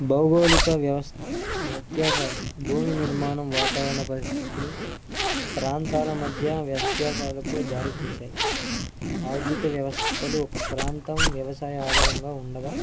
భౌగోళిక వ్యవస్ వ్యత్యాసాలు భూమి నిర్మాణం వాతావరణ పరిస్థితులు ప్రాంతాల మధ్య వ్యత్యాసాలకు దారి తీశాయి ఆర్థిక వ్యవస్థలు ఒక ప్రాంతం వ్యవసాయ ఆధారంగా ఉండగా